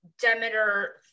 Demeter